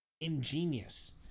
ingenious